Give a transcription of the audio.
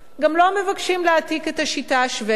גם לא מבקשים להעתיק את השיטה השבדית.